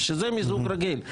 ושזה מיזוג רגיל.